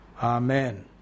Amen